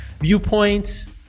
viewpoints